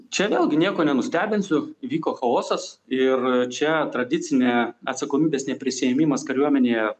čia vėlgi nieko nenustebinsiu vyko chaosas ir čia tradicinė atsakomybės neprisiėmimas kariuomenėje